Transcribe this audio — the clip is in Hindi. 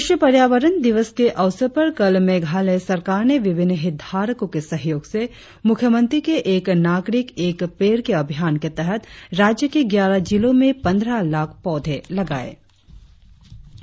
विश्व पर्यावरण दिवस के अवसर पर कल मेघालय सरकार ने विभिन्न हितधारकों के सहयोग से मुख्यमंत्री के एक नागरिक एक पेड़ के अभियान के तहत राज्य के ग्यारह जिलों में पंद्रह लाख पौधे लगायें